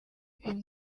bimwe